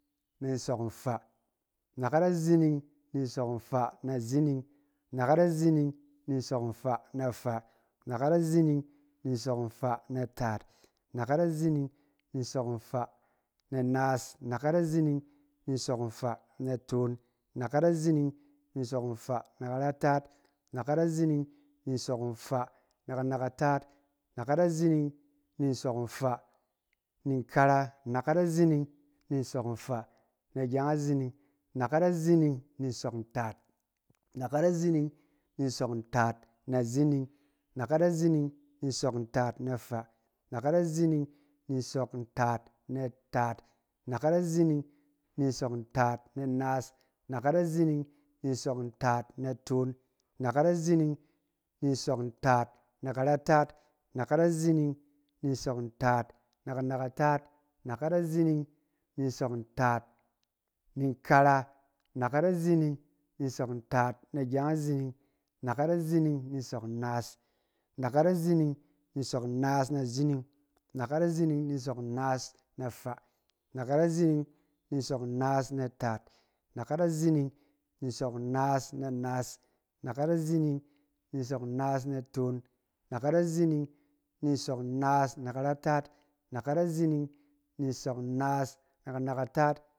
Ni nsɔk nfaa, anakat azining ni nsɔk nfaa na zining, anakat azining ni nsɔk nfaa na faa, anakat azining ni nsɔk nfaa na taat, anakat azining ni nsɔk nfaa na naas, anakat azining ni nsɔk nfaa na toon, anakat azining ni nsɔk nfaa na karataat, anakat azining ni nsɔk nfaa na kanakataat, anakat azining ni nsɔk nfaa ni nkara, anakat azining ni nsɔk nfaa na gyeng azining, anakat azining ni nsɔk ntaat, anakat azining ni nsɔk ntaat na zining, anakat azining ni nsɔk ntaat na faa, anakat azining ni nsɔk ntaat na taat, anakat azining ni nsɔk ntaat na naas, anakat azining ni nsɔk ntaat na toon, anakat azining ni nsɔk ntaat na karataat, anakat azining ni nsɔk ntaat na kanakataat, anakat azining ni nsɔk ntaat ni nkara, anakat azining ni nsɔk ntaat na gyeng azining, anakat azining ni nsɔk nnaas, anakat azining ni nsɔk nnaas na zining, anakat azining ni nsɔk nnaas na faa, anakat azining ni nsɔk nnaas na taat, anakat azining ni nsɔk nnaas na naas, anakat azining ni nsɔk nnaas na toon, anakat azining ni nsɔk nnaas na karataat, anakat azining ni nsɔk nnaas na kanakataat,